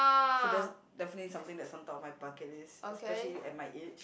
so that's definitely something that's on top of my bucket list especially at my age